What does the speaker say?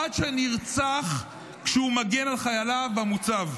עד שנרצח כשהוא מגן על חייליו במוצב.